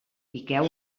piqueu